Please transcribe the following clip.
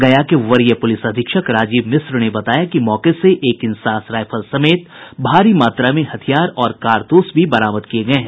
गया के वरीय प्रलिस अधीक्षक राजीव मिश्र ने बताया कि मौके से एक इंसास राईफल समेत भारी मात्रा मे हथियार और कारतूस भी बरामद किये गये हैं